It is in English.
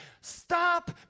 Stop